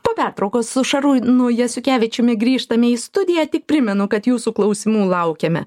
po pertraukos su šarūnu jasiukevičiumi grįžtame į studiją tik primenu kad jūsų klausimų laukiame